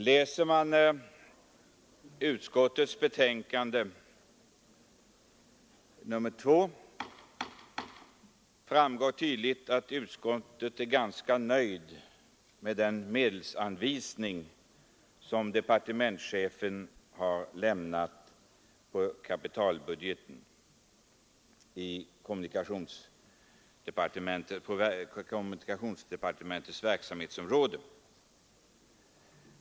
Läser man utskottets betänkande nr 2 framgår det tydligt att utskottet är ganska nöjt med den medelanvisning som departementschefen har föreslagit på kapitalbudgeten inom kommunikationsdepartementets verksamhetsområde.